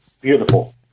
Beautiful